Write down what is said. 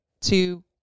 two